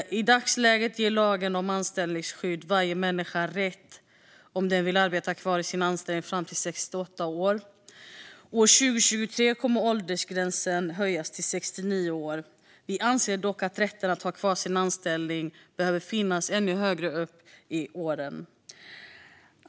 I dagsläget ger lagen om anställningsskydd varje människa rätt att vara kvar i sin anställning fram till 68 års ålder. År 2023 kommer åldersgränsen att höjas till 69 år. Vi anser dock att rätten att ha kvar sin anställning behöver finnas ännu högre upp i åren.